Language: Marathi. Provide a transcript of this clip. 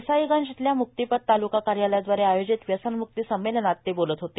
देसाईगंज इथल्या मुक्तिपथ तालुका कार्यालयाद्वारे आयोजित व्यसनमुक्ती संमेलनात ते बोलत होते